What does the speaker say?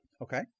okay